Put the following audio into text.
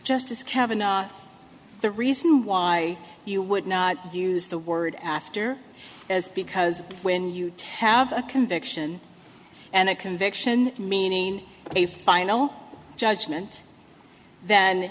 justice cavanagh the reason why you would not use the word after is because when you have a conviction and a conviction meaning a final judgment than